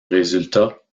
résultat